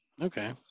Okay